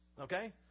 okay